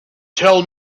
tell